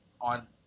on